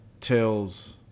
tells